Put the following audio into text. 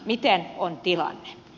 mikä on tilanne